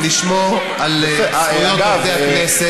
הרעיון הוא לשמור על זכויות עובדי הכנסת,